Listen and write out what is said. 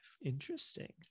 Interesting